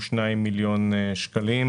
192 מיליון שקלים,